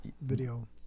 video